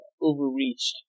overreached